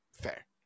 Fair